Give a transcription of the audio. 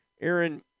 Aaron